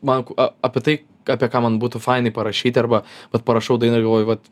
man ku a apie tai apie ką man būtų fainai parašyt arba vat parašau dainą ir galvoju vat